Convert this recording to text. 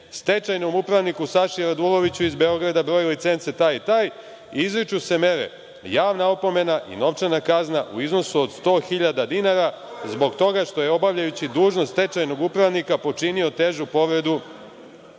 stečajnom upravniku Saši Raduloviću iz Beograda broj licence ta i ta izriču se mere javna opomena i novčana kazna u iznosu od 100.000 dinara zbog toga što je obavljajući dužnost stečajnog upravnika počinio težu povredu